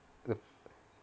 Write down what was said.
the